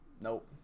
nope